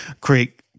create